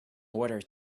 order